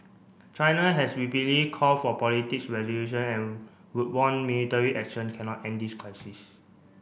China has repeatedly call for politics resolution and warned military action cannot end this crisis